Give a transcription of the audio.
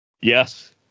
Yes